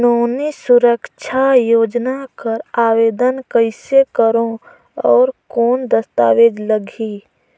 नोनी सुरक्षा योजना कर आवेदन कइसे करो? और कौन दस्तावेज लगही?